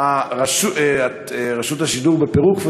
האם רשות השידור שבפירוק,